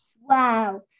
Wow